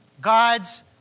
God's